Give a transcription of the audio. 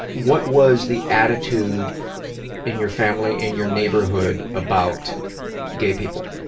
what was the attitude in your family and your neighborhood about gay people.